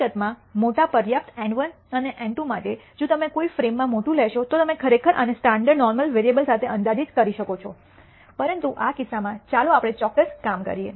હકીકતમાં મોટા પર્યાપ્ત એન 1 અને એન 2 માટે જો તમે કોઈ ફ્રેમમાં મોટું લેશો તો તમે ખરેખર આને સ્ટાન્ડર્ડ નોર્મલ વેરીઅબલ સાથે અંદાજિત કરી શકો છો પરંતુ આ કિસ્સામાં ચાલો આપણે ચોક્કસ કામ કરીએ